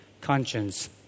conscience